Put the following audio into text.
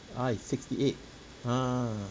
I sixty eight ah